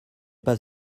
pas